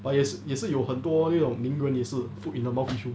but 也是也是有很多那种名人也是 foot in the mouth issue